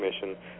Commission